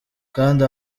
kandi